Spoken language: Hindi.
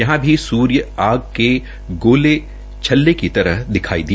यहां भी सूर्य आग के गोल छल्ले की तरह दिखाई दिया